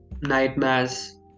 nightmares